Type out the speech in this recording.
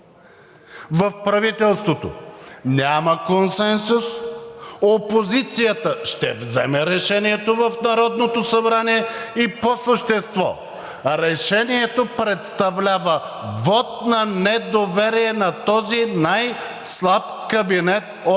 в правителството няма консенсус, опозицията ще вземе решението в Народното събрание, и по същество – решението представлява вот на недоверие на този най-слаб кабинет от